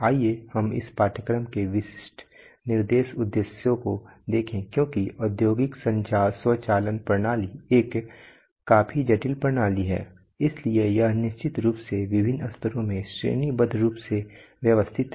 आइए हम इस पाठ्यक्रम के विशिष्ट निर्देश उद्देश्यों को देखें क्योंकि औद्योगिक स्वचालन प्रणाली एक काफी जटिल प्रणाली है इसलिए यह निश्चित रूप से विभिन्न स्तरों में श्रेणीबद्ध रूप से व्यवस्थित है